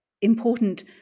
important